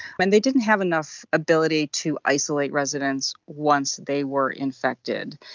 and they didn't have enough ability to isolate residents once they were infected.